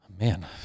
man